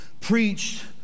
preached